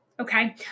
okay